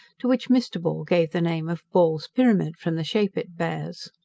to which mr. ball gave the name of ball's pyramid, from the shape it bears.